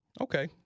Okay